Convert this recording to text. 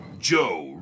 Joe